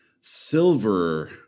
silver